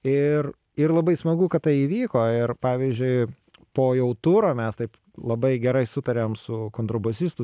ir ir labai smagu kad tai įvyko ir pavyzdžiui po jau turo mes taip labai gerai sutariam su kontrabosistu